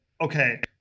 okay